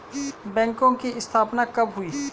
बैंकों की स्थापना कब हुई?